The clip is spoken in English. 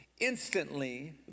Instantly